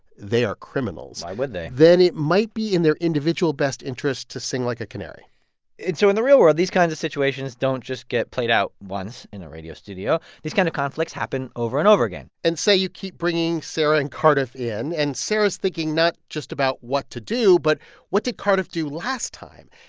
they are criminals. why would they. then it might be in their individual best interest to sing like a canary so in the real world, these kinds of situations don't just get played out once in a radio studio. these kinds kind of conflicts happen over and over again and say you keep bringing sarah and cardiff in, and sarah is thinking not just about what to do but what did cardiff do last time?